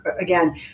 again